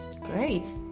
Great